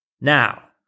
Now